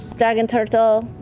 dragon turtle.